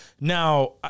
Now